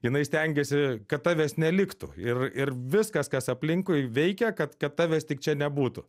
jinai stengiasi kad tavęs neliktų ir ir viskas kas aplinkui veikia kad kad tavęs tik čia nebūtų